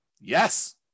Yes